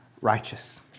righteous